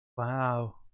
wow